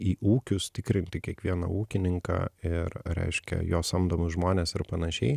į ūkius tikrinti kiekvieną ūkininką ir reiškia jo samdomus žmones ir panašiai